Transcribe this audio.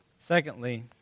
Secondly